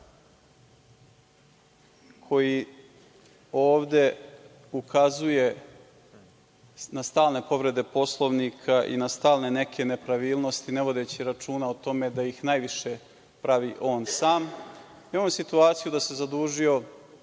koji ovde ukazuje na stalne povrede Poslovnika i na stalne neke nepravilnosti, ne vodeći računa o tome da ih najviše pravi on sam, imamo situaciju da se zadužio